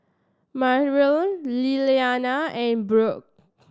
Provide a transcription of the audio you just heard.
Myrtle Lilyana and Brooke